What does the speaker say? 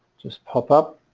just pop up